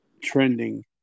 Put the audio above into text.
trending